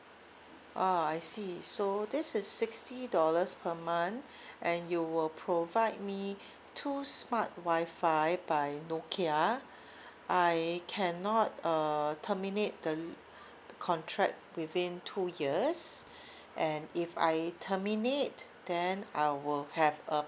ah I see okay so this is sixty dollars per month and you will provide me two smart Wi-Fi by nokia I cannot uh terminate the l~ the contract within two years and if I terminate then I will have a